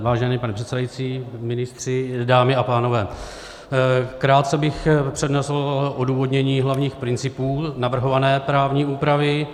Vážený pane předsedající, ministři, dámy a pánové, krátce bych přednesl odůvodnění hlavních principů navrhované právní úpravy.